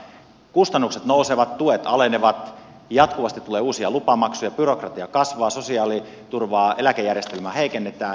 kustannukset nousevat tuet alenevat jatkuvasti tulee uusia lupamaksuja byrokratia kasvaa sosiaaliturvaa eläkejärjestelmää heikennetään